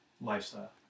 lifestyle